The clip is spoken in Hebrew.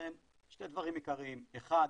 שנותן שני דברים עיקריים, האחד,